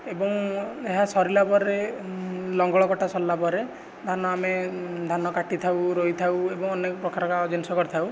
ଏବଂ ଏହା ସରିଲା ପରେ ଲଙ୍ଗଳ କଟା ସରିଲା ପରେ ଧାନ ଆମେ ଧାନ କାଟିଥାଉ ରୋଇଥାଉ ଏବଂ ଅନେକ ପ୍ରକାର ର ଜିନିଷ କରିଥାଉ